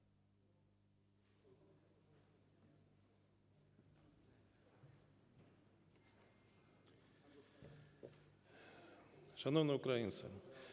Шановні українці,